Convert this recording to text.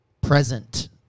present